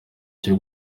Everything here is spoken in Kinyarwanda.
cyo